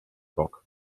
bock